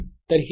D dVfree dV D